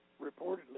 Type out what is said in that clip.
reportedly